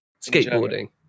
skateboarding